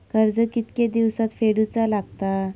कर्ज कितके दिवसात फेडूचा लागता?